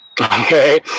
Okay